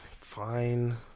Fine